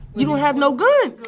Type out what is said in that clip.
you don't have no gun.